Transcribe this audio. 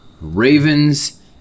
Ravens